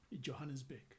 Johannesburg